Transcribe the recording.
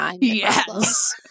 Yes